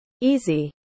easy